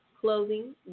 clothing